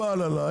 מקובל עליי.